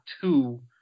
two